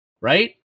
right